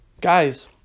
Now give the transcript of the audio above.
Guys